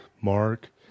Mark